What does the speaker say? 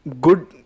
good